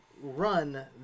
run